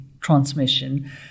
transmission